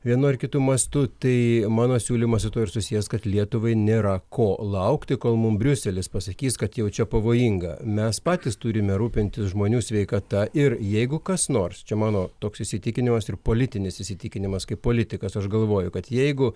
vienu ar kitu mastu tai mano siūlymas su tuo ir susijęs kad lietuvai nėra ko laukti kol mum briuselis pasakys kad jau čia pavojinga mes patys turime rūpintis žmonių sveikata ir jeigu kas nors čia mano toks įsitikinimas ir politinis įsitikinimas kaip politikas aš galvoju kad jeigu